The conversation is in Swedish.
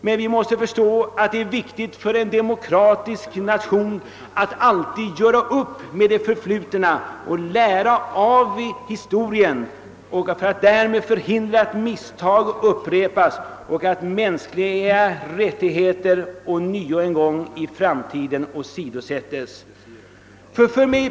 Men vi måste förstå att det är viktigt för en demokratisk nation att alltid göra upp med det förflutna och lära av historien för att därmed förhindra att misstag upprepas och att mänskliga rättigheter en gång i framtiden på nytt åsidosätts.